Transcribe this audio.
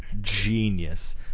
genius